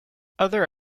other